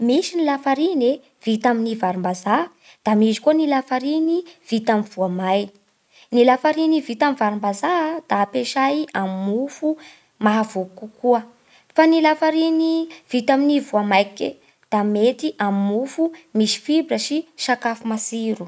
Misy ny lafariny e vita amin'ny varimbazaha, da misy koa ny lafariny vita amin'ny voamay. Ny lafariny vita amin'ny varimbazaha da ampiasay amin'ny mofo mahavoa kokoa. Fa ny lafariny vita amin'ny voamay ke da mety hamofo, misy fibra sy sakafo matsiro.